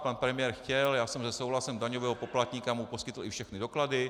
Pan premiér chtěl, já jsem mu se souhlasem daňového poplatníka poskytl všechny doklady.